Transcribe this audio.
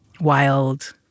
wild